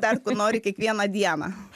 dar ko nori kiekvieną dieną